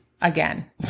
again